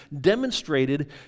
demonstrated